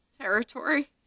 territory